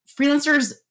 freelancers